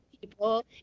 people